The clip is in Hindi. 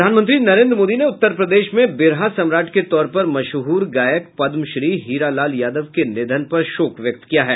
प्रधानमंत्री नरेन्द्र मोदी ने उत्तर प्रदेश में बिरहा सम्राट के तौर पर मशहूर गायक पद्मश्री हीरा लाल यादव के निधन पर शोक व्यक्त किया है